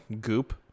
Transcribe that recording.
goop